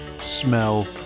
smell